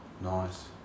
Nice